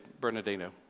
Bernardino